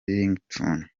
ringtone